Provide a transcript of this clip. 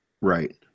Right